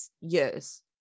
years